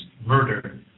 murder